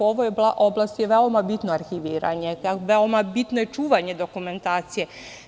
U ovoj oblasti je veoma bitno arhiviranje, veoma bitno je čuvanje dokumentacije.